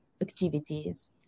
activities